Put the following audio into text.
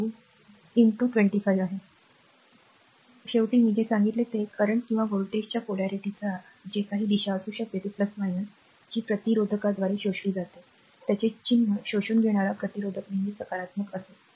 म्हणून शेवटी मी जे सांगितले की विद्यमान किंवा व्होल्टेजच्या ध्रुवपणाची जी काही दिशा असू शकते जी प्रतिरोधकाद्वारे शोषली जाते रेझिस्टर शोषून घेते चिन्ह नेहमी सकारात्मक होते